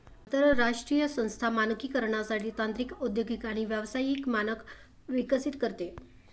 आंतरराष्ट्रीय संस्था मानकीकरणासाठी तांत्रिक औद्योगिक आणि व्यावसायिक मानक विकसित करते